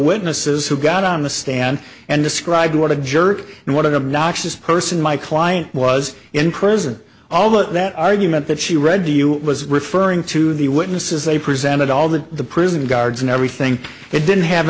witnesses who got on the stand and described what a jerk and one of them knox's person my client was in prison although that argument that she read to you was referring to the witnesses they presented all the the prison guards and everything that didn't have